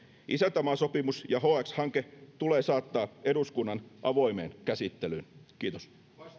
isäntämaasopimus ja hx hanke tulee saattaa eduskunnan avoimeen käsittelyyn kiitos